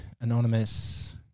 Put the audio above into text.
anonymous